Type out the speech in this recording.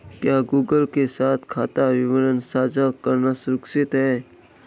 क्या गूगल के साथ खाता विवरण साझा करना सुरक्षित है?